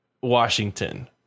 Washington